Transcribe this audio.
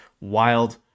wild